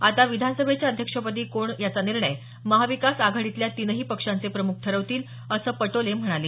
आता विधानसभेच्या अध्यक्षपदी कोण याचा निर्णय महाविकास आघाडीतल्या तीनही पक्षांचे प्रमुख ठरवतील असं पटोले म्हणाले